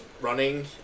running